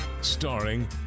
starring